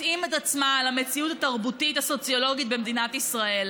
תתאים את עצמה למציאות התרבותית הסוציולוגית במדינת ישראל.